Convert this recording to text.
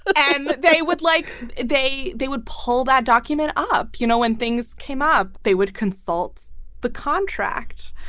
and they would like they they would pull that document up you know, when things came up, they would consult the contract.